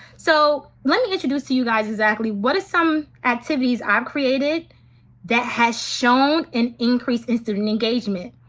so let me introduce to you guys exactly what are some activities i've created that has shown an increase in student engagement.